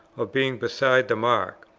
of being beside the mark,